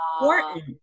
important